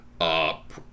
up